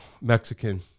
mexican